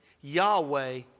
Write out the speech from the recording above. Yahweh